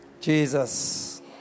Jesus